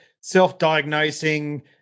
self-diagnosing